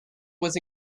was